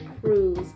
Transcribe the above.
cruise